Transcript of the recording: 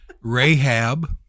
Rahab